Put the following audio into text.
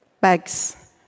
bags